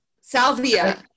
Salvia